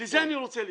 לזה אני רוצה להתייחס.